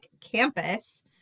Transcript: campus